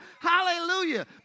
Hallelujah